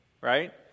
right